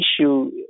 issue